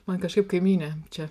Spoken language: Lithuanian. man kažkaip kaimynė čia